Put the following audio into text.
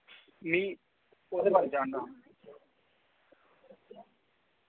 मिगी ओह्दे बारे जानना हा